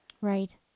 Right